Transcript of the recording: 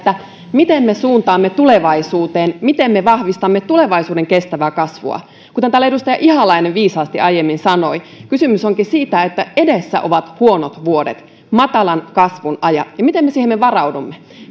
miten me suuntaamme tulevaisuuteen miten me vahvistamme tulevaisuuden kestävää kasvua kuten täällä edustaja ihalainen viisaasti aiemmin sanoi kysymys onkin siitä että edessä ovat huonot vuodet matalan kasvun ajat miten me siihen varaudumme